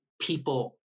People